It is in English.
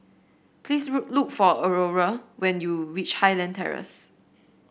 please look for Aurore when you reach Highland Terrace